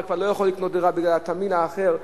כבר לא יכול לקנות דירה בגלל התמהיל האחר,